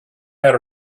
had